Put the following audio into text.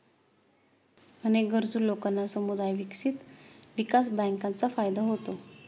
अनेक गरजू लोकांना समुदाय विकास बँकांचा फायदा होतो